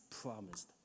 promised